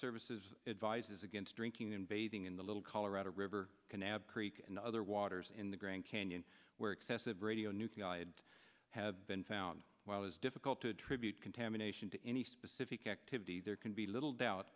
services advises against drinking and bathing in the little colorado river can add creek and other waters in the grand canyon where excessive radio nuclei had to have been found while it is difficult to attribute contamination to any specific activity there can be little doubt